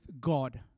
God